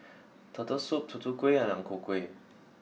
Turtle Soup Tutu Kueh and Ang Ku Kueh